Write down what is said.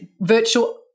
virtual